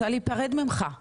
אנחנו